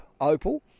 opal